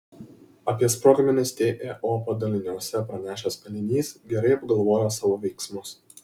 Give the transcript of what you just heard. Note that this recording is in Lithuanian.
apie sprogmenis teo padaliniuose pranešęs kalinys gerai apgalvojo savo veiksmus